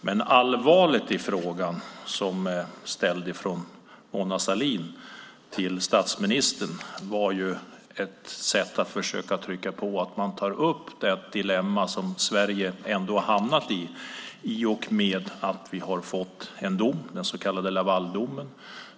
Det allvarliga i den fråga som är ställd från Mona Sahlin till statsministern är att man ska försöka trycka på att man tar upp det dilemma som Sverige har hamnat i genom att vi har fått en dom, den så kallade Lavaldomen.